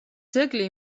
ძეგლი